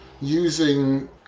using